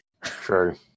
True